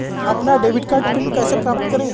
अपना debit card PIN कैसे प्राप्त करें?